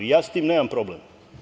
I ja sa tim nemam problem.